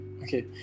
okay